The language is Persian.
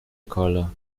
کالا